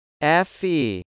FE